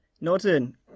Norton